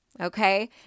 Okay